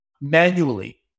manually